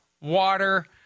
water